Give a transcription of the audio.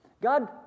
God